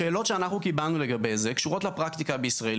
שאלות שאנחנו קיבלנו לגבי זה קשורות לפרקטיקה בישראל.